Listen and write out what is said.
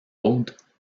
autres